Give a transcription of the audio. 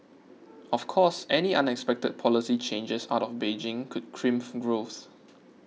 of course any unexpected policy changes out of Beijing could crimp growth